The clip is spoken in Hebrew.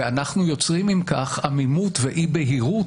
ואנחנו יוצרים אם כך עמימות ואי-בהירות